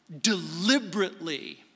deliberately